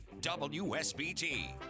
WSBT